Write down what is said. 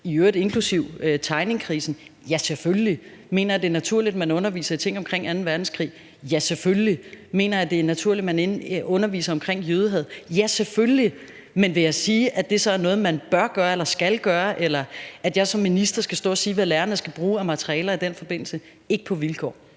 i øvrigt inklusive tegningkrisen? Ja, selvfølgelig. Mener jeg, det er naturligt, at man underviser i ting omkring anden verdenskrig? Ja, selvfølgelig. Mener jeg, det er naturligt, at man underviser i jødehad? Ja, selvfølgelig. Men vil jeg sige, at det er noget, man bør gøre eller skal gøre, eller at jeg som minister skal stå og sige, hvad lærerne skal bruge af materialer i den forbindelse? Ikke på vilkår.